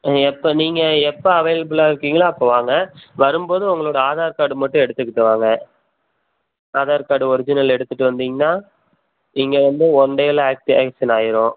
ஆ எப்போ நீங்கள் எப்போ அவைலபிளாக இருக்கீங்களோ அப்போது வாங்க வரும் போது உங்களோடய ஆதார் கார்டு மட்டும் எடுத்துக்கிட்டு வாங்க ஆதார் கார்டு ஒரிஜினல் எடுத்துகிட்டு வந்தீங்கன்னால் இங்கே வந்து ஒன் டேயில் ஆக்டிவேஷன் ஆய்டும்